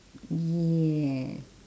yes